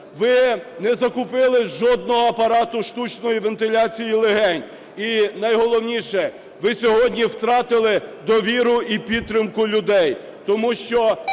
Ви не закупили жодного апарату штучної вентиляції легень, і, найголовніше, ви сьогодні втратили довіру і підтримку людей.